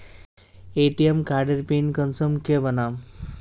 ATM कार्डेर pin कुंसम के बनाम?